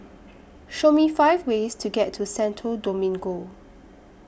Show Me five ways to get to Santo Domingo